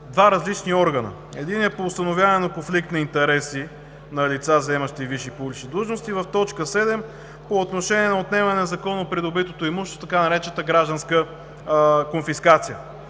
два различни органа. Единият е по установяване на конфликт на интереси на лица, заемащи висши и публични длъжности, и в т. 7 по отношение на отнемане на незаконно придобито имущество, така наречената „гражданска конфискация“.